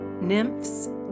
nymphs